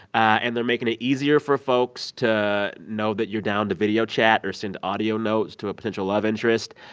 and they're making it easier for folks to know that you're down to video chat or send audio notes to a potential love interest.